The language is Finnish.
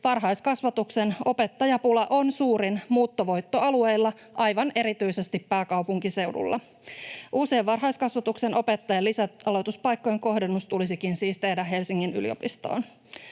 varhaiskasvatuksen opettajapula on suurin muuttovoittoalueilla, aivan erityisesti pääkaupunkiseudulla. Uusien varhaiskasvatuksen opettajien lisäaloituspaikkojen kohdennus tulisikin siis tehdä Helsingin yliopistoon.